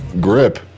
grip